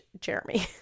Jeremy